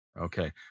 Okay